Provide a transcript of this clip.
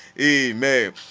Amen